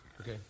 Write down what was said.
Okay